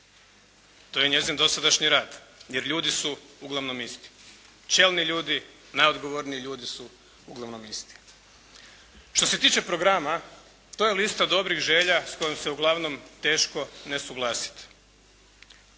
to je njezin dosadašnji rad, jer ljudi su uglavnom isti. Čelni ljudi, najodgovorniji ljudi su uglavnom isti. Što se tiče programa, to je lista dobrih želja s kojim se uglavnom teško ne suglasiti.